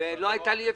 ולא היתה לי אפשרות.